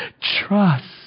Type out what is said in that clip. Trust